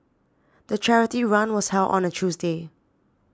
the charity run was held on a Tuesday